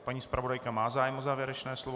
Paní zpravodajka má zájem o závěrečné slovo?